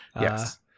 yes